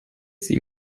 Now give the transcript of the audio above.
sie